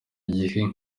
gihe